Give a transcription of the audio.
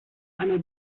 einer